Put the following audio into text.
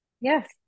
Yes